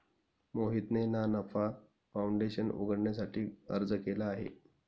मोहितने ना नफा फाऊंडेशन उघडण्यासाठी अर्ज केला आहे